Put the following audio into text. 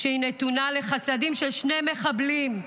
כשהיא נתונה לחסדים של שני מחבלים,